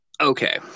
okay